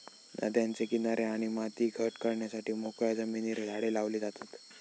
नद्यांचे किनारे आणि माती घट करण्यासाठी मोकळ्या जमिनीर झाडे लावली जातत